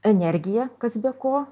energija kas be ko